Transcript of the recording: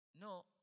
no